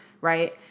right